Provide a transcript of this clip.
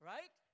Right